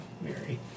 Mary